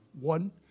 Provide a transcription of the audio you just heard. One